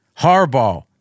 Harbaugh